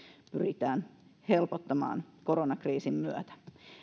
pyritään helpottamaan koronakriisin aikana